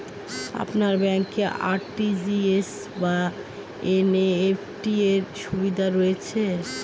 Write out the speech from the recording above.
আপনার ব্যাংকে আর.টি.জি.এস বা এন.ই.এফ.টি র সুবিধা রয়েছে?